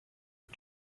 and